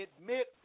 admit